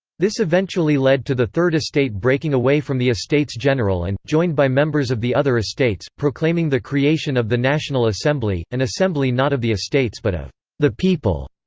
this eventually led to the third estate breaking away from the estates-general and, joined by members of the other estates, proclaiming the creation of the national assembly, an assembly not of the estates but of the people.